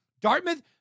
Dartmouth